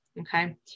Okay